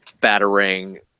battering